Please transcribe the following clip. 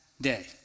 day